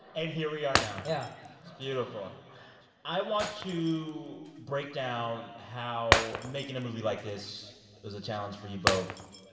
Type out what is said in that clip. and here we are now yeah that's beautiful i want to break down how making a movie like this was a challenge for you both,